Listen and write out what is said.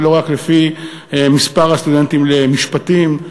ולא רק לפי מספר הסטודנטים למשפטים.